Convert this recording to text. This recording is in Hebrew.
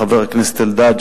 חבר הכנסת אלדד,